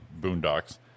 boondocks